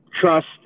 trust